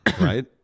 right